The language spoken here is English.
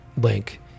link